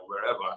wherever